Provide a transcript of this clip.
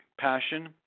passion